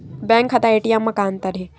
Bank खाता ATM मा का अंतर हे?